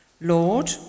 Lord